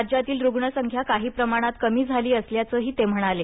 राज्यातील रुग्णसंख्या काही कमी प्रमाणात झाली असल्याचंही ते म्हणाले